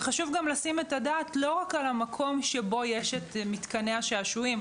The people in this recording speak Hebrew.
חשוב גם לשים את הדעת לא רק על המקום שבו יש את מתקני השעשועים,